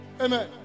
amen